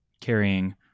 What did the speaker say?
carrying